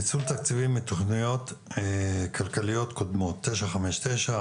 ניצול תקציבים מתוכניות כלכליות קודמות 959,